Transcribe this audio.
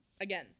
again